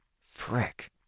Frick